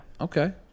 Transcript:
Okay